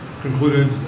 concluded